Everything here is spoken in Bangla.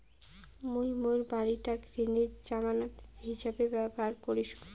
মুই মোর বাড়িটাক ঋণের জামানত হিছাবে ব্যবহার করিসু